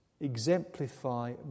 exemplify